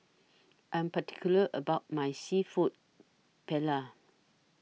I'm particular about My Seafood Paella